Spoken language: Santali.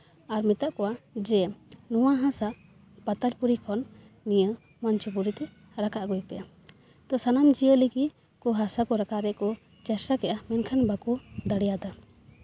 ᱟᱨ ᱢᱮᱛᱟᱜ ᱠᱚᱣᱟ ᱡᱮ ᱱᱚᱣᱟ ᱦᱟᱥᱟ ᱯᱟᱛᱟᱞᱯᱩᱨᱤ ᱠᱷᱚᱱ ᱱᱤᱭᱟᱹ ᱢᱚᱸᱧᱪᱚᱯᱩᱨᱤ ᱛᱮ ᱨᱟᱠᱟᱵᱽ ᱟᱹᱜᱩᱭ ᱯᱮ ᱛᱳ ᱥᱟᱱᱟᱢ ᱡᱤᱭᱟᱹᱞᱤ ᱜᱮ ᱦᱟᱥᱟᱠᱚ ᱨᱟᱠᱟᱵᱽ ᱨᱮᱭᱟᱜ ᱠᱚ ᱪᱮᱥᱴᱟ ᱠᱮᱜᱼᱟ ᱢᱮᱱᱠᱷᱟᱱ ᱵᱟᱝᱠᱚ ᱫᱟᱲᱮᱭᱟᱜᱼᱟ